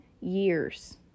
years